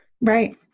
Right